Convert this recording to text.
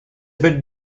bit